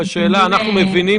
אני ממליץ